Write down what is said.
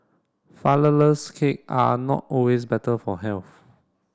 cake are not always better for health